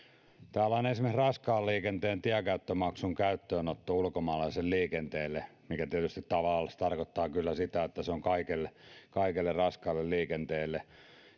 täällä on esimerkiksi raskaan liikenteen tienkäyttömaksun käyttöönotto ulkomaalaiselle liikenteelle mikä tietysti tavallansa tarkoittaa kyllä sitä että se on kaikelle kaikelle raskaalle liikenteelle